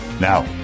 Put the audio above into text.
Now